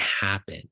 happen